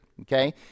okay